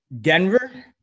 Denver